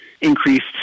increased